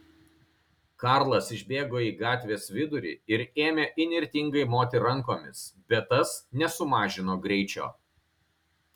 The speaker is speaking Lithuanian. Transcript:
karlas išbėgo į gatvės vidurį ir ėmė įnirtingai moti rankomis bet tas nesumažino greičio